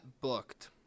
booked